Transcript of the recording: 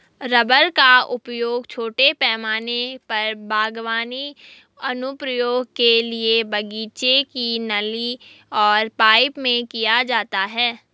rubber का उपयोग छोटे पैमाने पर बागवानी अनुप्रयोगों के लिए बगीचे की नली और पाइप में किया जाता है